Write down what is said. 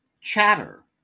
Chatter